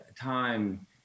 time